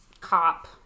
cop